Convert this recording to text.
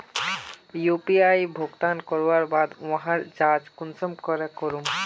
UPI भुगतान करवार बाद वहार जाँच कुंसम करे करूम?